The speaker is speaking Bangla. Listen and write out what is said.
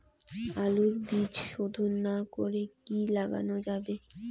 আলুর বীজ শোধন না করে কি লাগানো যাবে?